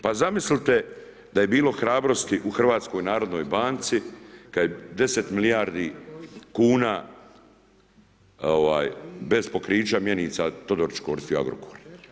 Pa zamislite da je bilo hrabrosti u HNB-u kad je 10 milijardi kuna bez pokrića mjenica Todorić koristio, Agrokor.